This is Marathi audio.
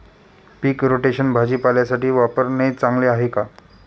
पीक रोटेशन भाजीपाल्यासाठी वापरणे चांगले आहे का?